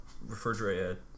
refrigerator